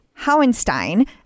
Howenstein